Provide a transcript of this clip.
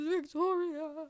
Victoria